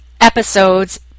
episode's